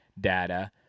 data